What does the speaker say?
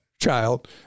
child